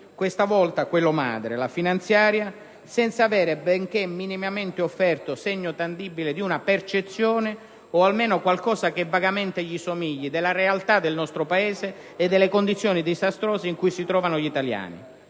questa volta quello madre, la finanziaria, senza aver benché minimamente offerto segno tangibile di una percezione, o almeno qualcosa che vagamente le somigli, della realtà del nostro Paese e delle condizioni disastrose in cui si trovano gli italiani.